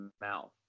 mouth